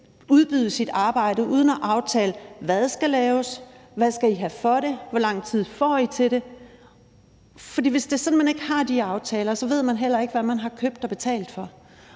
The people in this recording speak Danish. udbyde deres arbejde uden at aftale, hvad der skal laves, hvad man skal have for det, hvor lang tid man får til det. For hvis det er sådan, at man ikke har de aftaler, ved man heller ikke, hvad man har købt og betalt for.